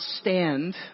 stand